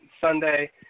Sunday